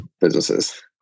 businesses